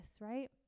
right